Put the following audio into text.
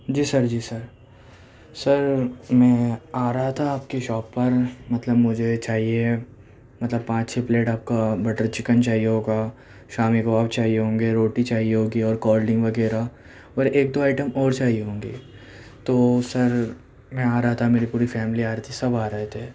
جی sir جی sir sir میں آ رہا تھا آپ کی شاپ پر مطلب مجھے چاہئے مطلب پانچ چھ پلیٹ آپ کا بٹر چکن چاہئے ہوگا شامی کباب چاہئے ہوں گے روٹی چاہئے ہوگی اور کولڈرنگ وغیرہ اور ایک دو آئٹم اور چاہئے ہوں گے تو سر میں آ رہا تھا میری پوری فیملی آ رہی تھی سب آ رہے تھے